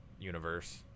universe